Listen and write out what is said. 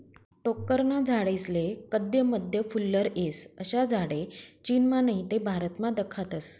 टोक्करना झाडेस्ले कदय मदय फुल्लर येस, अशा झाडे चीनमा नही ते भारतमा दखातस